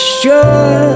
sure